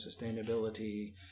sustainability